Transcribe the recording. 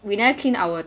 we never clean our